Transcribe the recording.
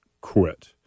quit